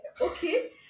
okay